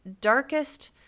darkest